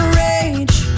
rage